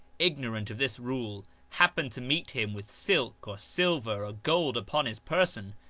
ignorant of this rule, happened to meet him with silk or silver or gold upon his person,